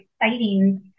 exciting